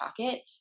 pocket